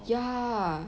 ya